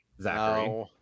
Zachary